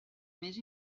més